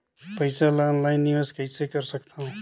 पईसा ल ऑनलाइन निवेश कइसे कर सकथव?